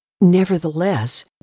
Nevertheless